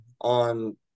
on